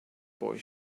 boy